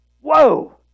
Whoa